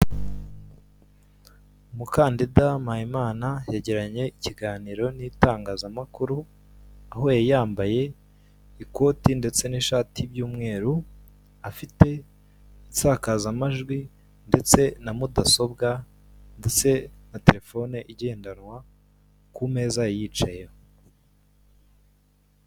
Umukandida Mpayimana yagiranye ikiganiro n'itangazamakuru aho yari yambaye ikote ndetse n'ishati y'umweru afite insakazamajwi ndetse na mudasobwa ndetse na terefone igendanwa ku meza yari yicayeho.